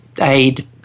aid